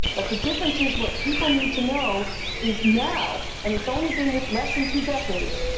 but the difference is what people need to know is now, and it's only been with less than two decades,